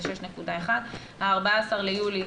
זה 6.1%; ב-14 ביולי